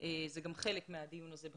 גם חלק מהדיון הזה.